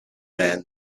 man